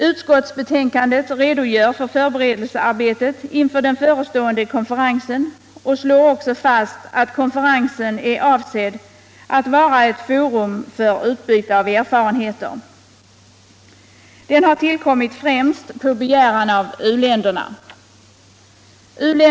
Utskottsbetänkandet redogör för förberedelsearbetet inför den förestående konferensen och slår också fast att konferensen är avsedd att vara ett forum för utbyte av erfarenheter. Konferensen har tillkommit främst på begäran av u-länderna.